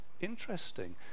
interesting